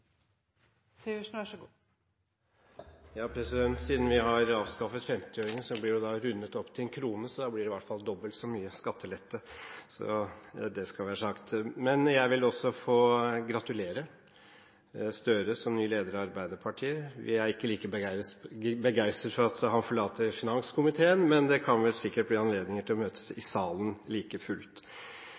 fall dobbelt så mye i skattelette – så det skal være sagt. Jeg vil få gratulere representanten Gahr Støre som ny leder i Arbeiderpartiet. Vi er ikke like begeistret for at han forlater finanskomiteen, men det kan sikkert like fullt bli anledning til å møtes i salen.